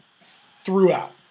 throughout